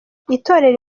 itorero